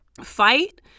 fight